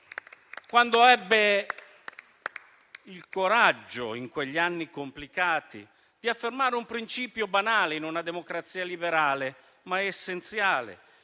quando ebbe il coraggio, in quegli anni complicati, di affermare un principio banale in una democrazia liberale, ma essenziale,